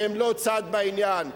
שהם לא צד בעניין.